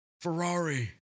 Ferrari